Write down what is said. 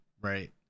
right